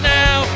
now